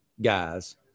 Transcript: guys –